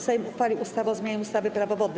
Sejm uchwalił ustawę o zmianie ustawy - Prawo wodne.